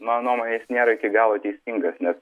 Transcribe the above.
mano nuomone jis nėra iki galo teisingas nes